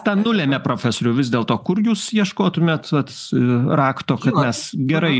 tą nulėmė profesoriau vis dėlto kur jūs ieškotumėt vat rakto kad mes gerai